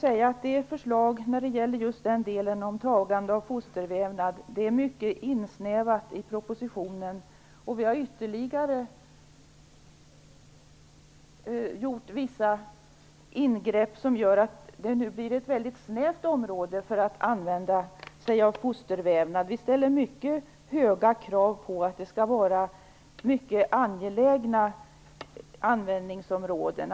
När det gäller förslaget och den del som gäller tagande av fostervävnad måste jag säga att detta är mycket insnävat i propositionen. Vi har gjort vissa ingrepp därutöver som gör att det blir ett väldigt snävt område i fråga om användandet av fostervävnad. Vi ställer mycket höga krav på att det skall vara mycket angelägna användningsområden.